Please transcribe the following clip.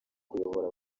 kuyobora